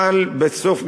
אבל בסוף,